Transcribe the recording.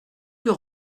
plus